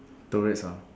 tourists ah